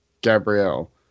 gabrielle